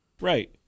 right